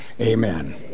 Amen